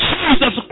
Jesus